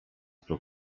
próg